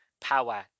power